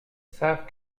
savent